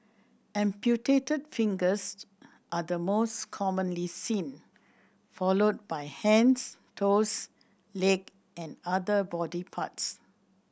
amputated fingers are the most commonly seen followed by hand toes leg and other body parts